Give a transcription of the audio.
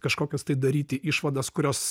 kažkokias tai daryti išvadas kurios